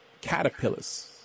caterpillars